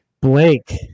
Blake